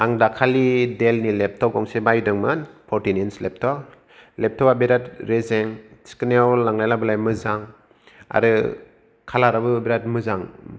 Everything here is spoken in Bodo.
आं दाखालि डेलनि लेपटप गंसे बायदोंमोन फरटिन इन्स लेपटप लेपटपा बिरात रेजें थिखोनायाव लांलाय लाबोलाय मोजां आरो कालाराबो बिराद मोजां